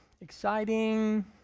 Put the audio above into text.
exciting